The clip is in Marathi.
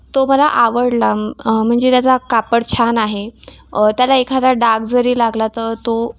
तो मला आवडला म्हणजे त्याचा कापड छान आहे त्याला एखादा डाग जरी लागला तर तो